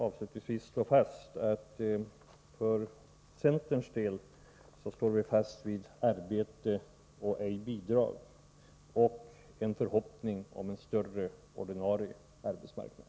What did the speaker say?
Avslutningsvis vill jag slå fast att centern står fast vid arbete och ej bidrag, med förhoppningen om en större ordinarie arbetsmarknad.